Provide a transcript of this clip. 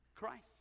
Christ